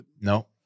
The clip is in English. No